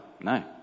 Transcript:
no